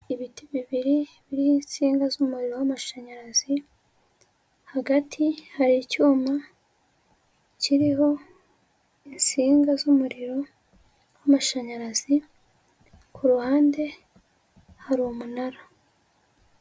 Ibiti bibiri biriho insinga z'umuriro wamashanyarazi hagati hari icyuma kiriho insinga z'umuriro wamashanyarazi, ku ruhande hari umunara.